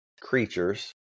creatures